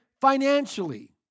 financially